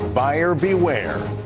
buyer beware.